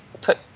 put